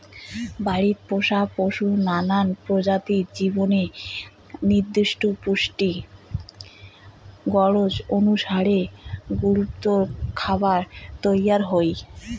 বাড়িত পোষা পশুর নানান প্রজাতির জীবনের নির্দিষ্ট পুষ্টির গরোজ অনুসারে পশুরখাবার তৈয়ার হই